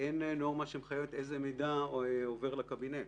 אין נורמה שמורה איזה מידע עובר לקבינט.